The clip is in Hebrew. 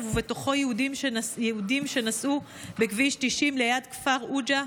שבתוכו יהודים שנסעו בכביש 90 ליד הכפר עוג'ה.